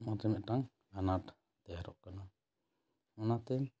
ᱚᱱᱟ ᱛᱮ ᱢᱤᱫ ᱴᱟᱝ ᱟᱱᱟᱴ ᱴᱮᱭᱟᱨᱚᱜ ᱠᱟᱱᱟ ᱚᱱᱟ ᱛᱮ